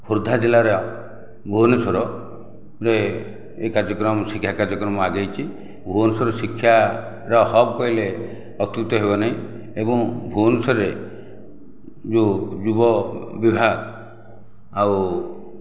ଖୋର୍ଦ୍ଧା ଜିଲ୍ଲାର ଭୁବନେଶ୍ଵରରେ ଏଇ କାର୍ଯ୍ୟକ୍ରମ ଶିକ୍ଷା କାର୍ଯ୍ୟକ୍ରମ ଆଗେଇଛି ଭୁବନେଶ୍ୱର ଶିକ୍ଷାର ହବ୍ କହିଲେ ଅତ୍ୟୁକ୍ତି ହେବ ନାହିଁ ଏବଂ ଭୁବନେଶ୍ଵରରେ ଯେଉଁ ଯୁବ ବିଭାଗ ଆଉ